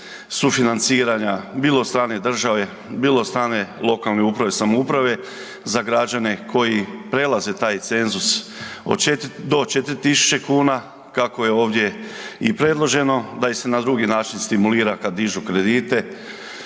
sufinanciranja, bilo od strane države, bilo od strane lokalne uprave i samouprave za građane koji prelaze taj cenzus do 4000 kn kako je ovdje i predloženo, da ih se na drugi način stimulira kad dižu kredite,